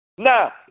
Now